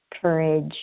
courage